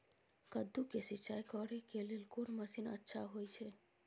कद्दू के सिंचाई करे के लेल कोन मसीन अच्छा होय छै?